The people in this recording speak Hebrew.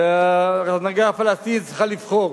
וההנהגה הפלסטינית צריכה לבחור.